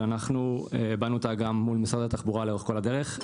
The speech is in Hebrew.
שאנחנו הבענו אותה גם מול משרד התחבורה לאורך כל הדרך,